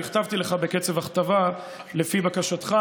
אני הכתבתי לך בקצב הכתבה לפי בקשתך,